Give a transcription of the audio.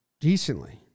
decently